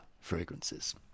fragrances